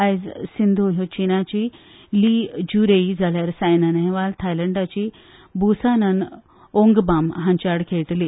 आयज सिंधु ह्यो चीनाची ली ज्यूरई जाल्यार सायना नेहवाल थायलंडाची ब्रसानन ओंगबाम हांचे आड खेळटली